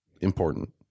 important